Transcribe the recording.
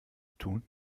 tun